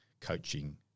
coaching